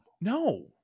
No